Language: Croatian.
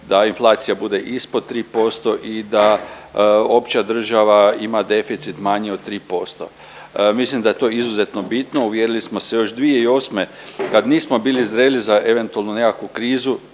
da inflacija bude ispod tri posto i da opća država ima deficit manji od 3%. Mislim da je to izuzetno bitno. Uvjerili smo se još 2008. kad nismo bili zreli za eventualnu nekakvu krizu